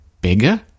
bigger